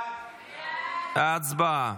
הצבעה.